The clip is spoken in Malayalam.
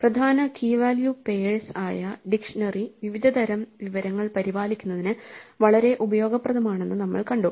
പ്രധാന കീ വാല്യൂ പെയേഴ്സ് ആയ ഡിക്ഷ്നറി വിവിധതരം വിവരങ്ങൾ പരിപാലിക്കുന്നതിന് വളരെ ഉപയോഗപ്രദമാണെന്ന് നമ്മൾ കണ്ടു